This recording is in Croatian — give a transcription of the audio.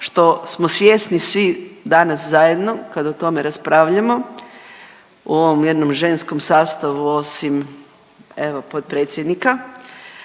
što smo svjesni svi danas zajedno kad o tome raspravljamo u ovom jednom ženskom sastavu osim evo potpredsjednika